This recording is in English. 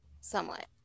Somewhat